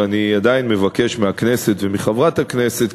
אבל אני עדיין מבקש מהכנסת ומחברת הכנסת,